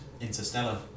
Interstellar